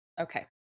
Okay